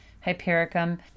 Hypericum